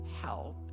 help